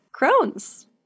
Crohn's